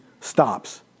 stops